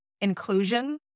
inclusion